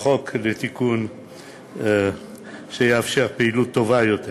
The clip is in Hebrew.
חוק לתיקון שיאפשר פעילות טובה יותר,